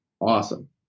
Awesome